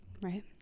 Right